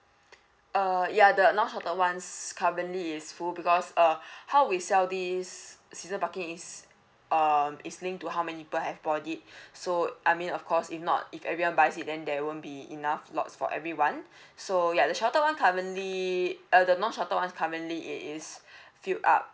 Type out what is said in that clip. uh ya the non sheltered ones currently is full because err how we sell this season parking is um is linked to how many people have bought it so I mean of course if not if everyone buy and then there won't be enough lots for everyone so ya the sheltered one currently uh the non sheltered one currently it is fill up